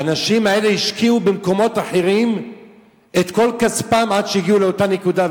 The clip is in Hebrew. האנשים האלה השקיעו במקומות אחרים את כל כספם עד שהגיעו לאותה נקודה,